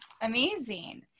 Amazing